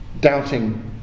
doubting